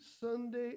Sunday